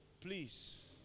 please